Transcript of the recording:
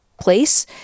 place